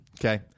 Okay